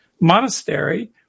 monastery